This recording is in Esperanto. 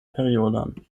periodon